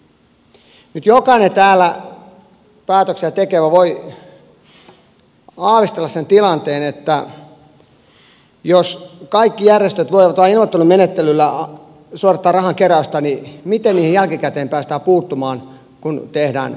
nyt jokainen täällä päätöksiä tekevä voi aavistella sen tilanteen että jos kaikki järjestöt voivat vain ilmoittelumenettelyllä suorittaa rahankeräystä niin miten niihin jälkikäteen päästään puuttumaan kun tehdään rikollista toimintaa